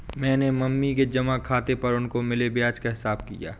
मैंने मम्मी के जमा खाता पर उनको मिले ब्याज का हिसाब किया